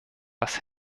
was